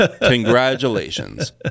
congratulations